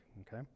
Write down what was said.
okay